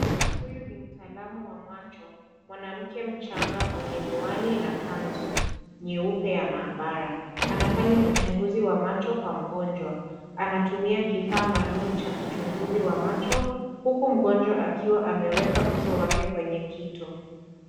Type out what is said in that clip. Huyu ni mtaalamu wa macho, mwanamke mchanga mwenye miwani na kanzu nyeupe ya maabara, anafanya uchunguzi wa macho kwa mgonjwa anatumia kifaa maalum cha uchunguzi wa macho huku mgonjwa akiwa ameweka uso wake kwenye kitu.